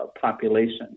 population